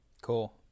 Cool